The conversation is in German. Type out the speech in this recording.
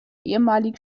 ehemaligen